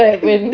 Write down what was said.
what happened